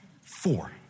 Four